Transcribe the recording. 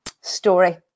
story